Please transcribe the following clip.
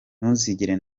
ntuzigera